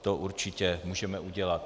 To určitě můžeme udělat.